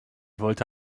wollte